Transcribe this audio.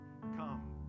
come